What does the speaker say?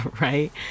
right